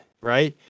right